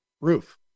roof